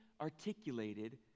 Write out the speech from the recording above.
articulated